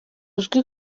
uzi